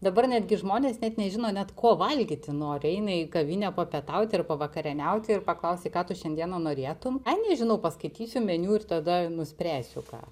dabar netgi žmonės net nežino net ko valgyti nori eina į kavinę papietauti ir pavakarieniauti ir paklausi ką tu šiandieną norėtum ai nežinau paskaitysiu meniu ir tada nuspręsiu ką